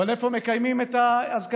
אבל איפה מקיימים את האזכרה?